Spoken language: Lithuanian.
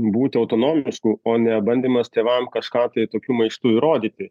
būti autonomišku o ne bandymas tėvam kažką tai tokiu maištu įrodyti